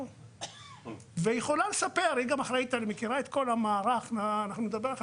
היא מכירה את כל המערך ויכולה לספר על